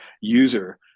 user